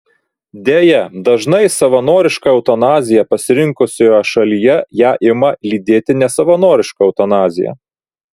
deja dažnai savanorišką eutanaziją pasirinkusioje šalyje ją ima lydėti nesavanoriška eutanazija